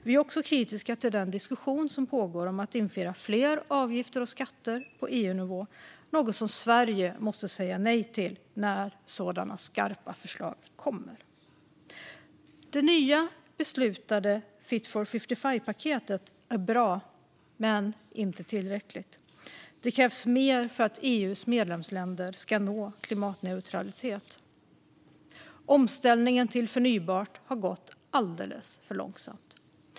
Vi är också kritiska till den diskussion som pågår om att införa fler avgifter och skatter på EU-nivå, något som Sverige måste säga nej till när sådana skarpa förslag kommer. Det nyligen beslutade Fit for 55-paketet är bra men inte tillräckligt. Det krävs mer för att EU:s medlemsländer ska nå klimatneutralitet. Omställningen till förnybart har gått alldeles för långsamt.